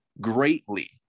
greatly